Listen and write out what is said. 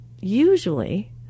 usually